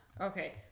Okay